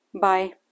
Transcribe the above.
bye